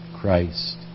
Christ